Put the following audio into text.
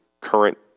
current